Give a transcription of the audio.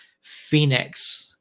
Phoenix